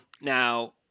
Now